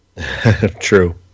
True